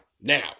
now